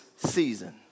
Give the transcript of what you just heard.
season